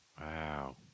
Wow